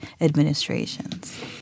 administrations